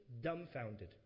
dumbfounded